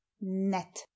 Net